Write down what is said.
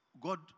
God